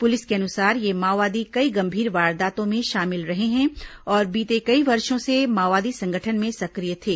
police के अनुसार ये माओवादी कई गंभीर वारदातों में शामिल रहे हैं और बीते कई वर्षो से माओवादी संगठन में सक्रिय थे